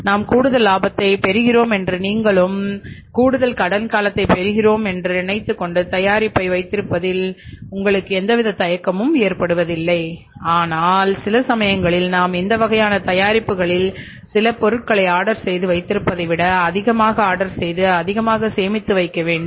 நாம் கூடுதல் லாபத்தை பெருக்கிறோம் என்றால் நாம் கூடுதல் கடன் காலத்தைப் பெருக்கிறோம் என்றால் தயாரிப்பை வைத்திருப்பதில் என்ன தீங்கு இருக்கிறது ஆனால் சில சமயங்களில் நாம் இந்த வகையான தயாரிப்புகளில் சில பொருட்களை ஆர்டர் செய்து வைத்திருப்பதை விட அதிகமாக ஆர்டர் செய்து அதிகமாக சேமித்து வைக்க வேண்டும்